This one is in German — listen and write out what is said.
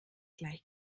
gleich